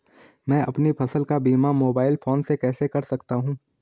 मैं अपनी फसल का बीमा मोबाइल फोन से कैसे कर सकता हूँ?